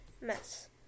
mess